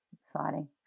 exciting